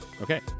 Okay